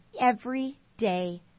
everyday